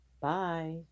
Bye